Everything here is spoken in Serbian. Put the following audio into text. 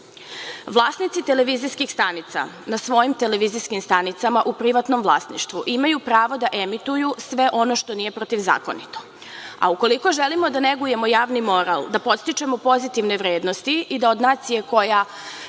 cenzure. Vlasnici televizijskih stanica na svojim televizijskim stanicama u privatnom vlasništvu imaju pravo da emituju sve ono što nije protivzakonito, a ukoliko želimo da negujemo javni moral, da podstičemo pozitivne vrednosti i da od nacije koja